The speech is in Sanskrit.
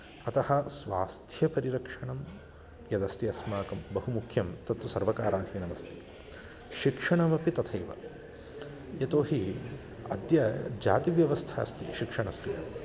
अतः स्वास्थ्यपरिरक्षणं यदस्ति अस्माकं बहु मुख्यं तत्तु सर्वकाराधीनमस्ति शिक्षणमपि तथैव यतो हि अद्य जातिव्यवस्था अस्ति शिक्षणस्य